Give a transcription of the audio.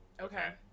Okay